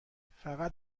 فقط